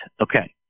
Okay